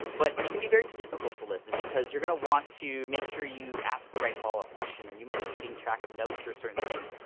but it can be very difficult to listen, because you're gonna want to make sure you ask the right follow-up question, or you might be keeping track of notes or certain things.